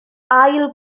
ail